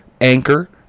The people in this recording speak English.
Anchor